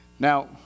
Now